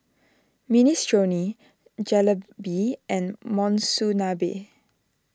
Minestrone Jalebi and Monsunabe